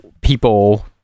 people